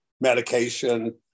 medication